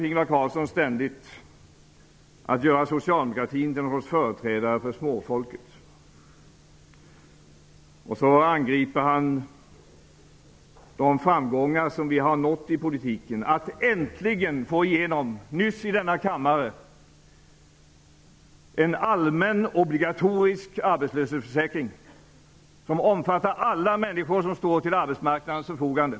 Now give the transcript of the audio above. Ingvar Carlsson försöker ständigt göra socialdemokraterna till företrädare för småfolket. Han angriper de framgångar som vi har nått i politiken, t.ex. att äntligen få igenom, nyss i denna kammare, en allmän obligatorisk arbetslöshetsförsäkring som omfattar alla människor som står till arbetsmarknadens förfogande.